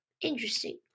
Interesting